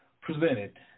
presented